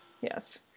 yes